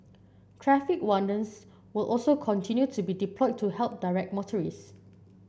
traffic wardens will also continue to be deployed to help direct motorist